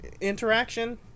interaction